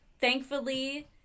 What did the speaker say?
thankfully